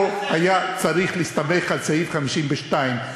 לא היה צריך להסתמך על סעיף 52,